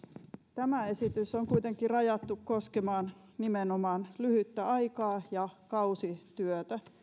tämä esitys on kuitenkin rajattu koskemaan nimenomaan lyhyttä aikaa ja kausityötä